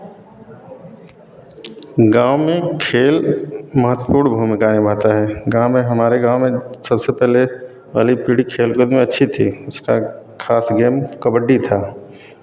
गाँव में खेल महत्वपूर्ण भूमिका निभाता है गाँव में हमारे गाँव में सबसे पहले पहली पीढ़ी खेलकूद में अच्छी थी उसका खास गेम कबड्डी था